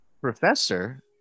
professor